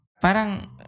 Parang